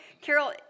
Carol